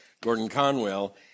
Gordon-Conwell